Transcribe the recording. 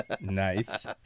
Nice